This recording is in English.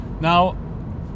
Now